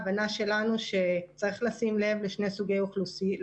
ההבנה שלנו היא שצריך לשים לב לשני סוגי אוכלוסייה: